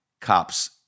cops